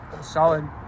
Solid